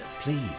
please